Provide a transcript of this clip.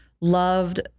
loved